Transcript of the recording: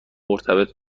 مرتبط